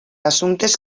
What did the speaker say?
assumptes